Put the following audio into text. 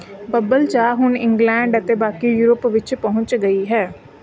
bubble ਚਾਹ ਹੁਣ England ਅਤੇ ਬਾਕੀ ਯੂਰਪ ਵਿੱਚ ਪਹੁੰਚ ਗਈ ਹੈ